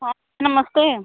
हाँ नमस्ते